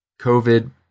COVID